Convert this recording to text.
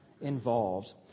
involved